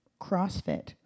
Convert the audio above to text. CrossFit